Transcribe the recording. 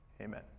amen